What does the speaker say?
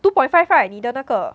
two point five right 你的那个